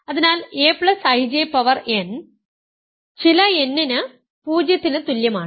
അതിനാൽ aIJ power n ചില n ന് 0 യ്ക്ക് തുല്യമാണ്